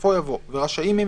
בסופו יבוא "ורשאים הם,